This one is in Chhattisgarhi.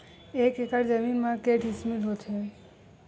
एक एकड़ जमीन मा के डिसमिल होथे?